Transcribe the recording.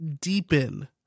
deepen